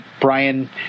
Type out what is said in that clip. Brian